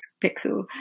Pixel